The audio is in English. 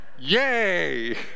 Yay